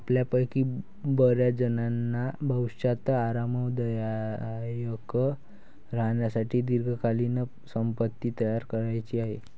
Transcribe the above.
आपल्यापैकी बर्याचजणांना भविष्यात आरामदायक राहण्यासाठी दीर्घकालीन संपत्ती तयार करायची आहे